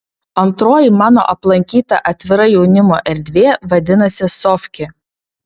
antroji mano aplankyta atvira jaunimo erdvė vadinasi sofkė